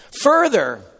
Further